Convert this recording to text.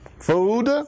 food